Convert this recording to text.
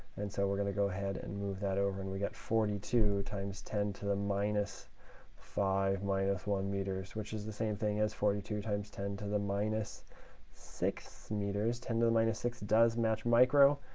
and so we're going to go ahead and move that over, and we've got forty two times ten to the minus five minus one meters, which is the same thing as forty two times ten to the minus six meters. ten to the minus six does match micro,